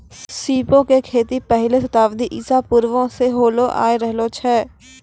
सीपो के खेती पहिले शताब्दी ईसा पूर्वो से होलो आय रहलो छै